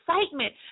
excitement